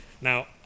Now